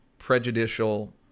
prejudicial